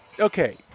Okay